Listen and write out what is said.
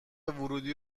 ورودی